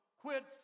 quits